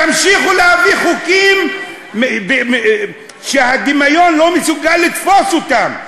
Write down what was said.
תמשיכו להביא חוקים שהדמיון לא מסוגל לתפוס אותם.